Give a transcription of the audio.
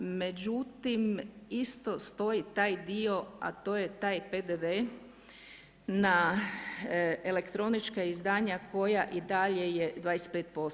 Međutim, isto stoji taj dio a to je taj PDV na elektronička izdanja koja i dalje je 25%